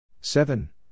Seven